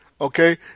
Okay